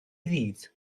ddydd